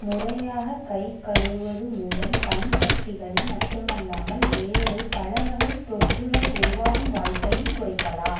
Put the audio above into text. முறையாகக் கை கழுவுவது மூலம் கண் கட்டிகளை மட்டுமல்லாமல் வேறு பலவகைத் தொற்றுகள் உருவாகும் வாய்ப்பையும் குறைக்கலாம்